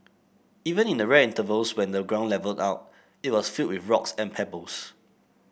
even in the rare intervals when the ground levelled out it was filled with rocks and pebbles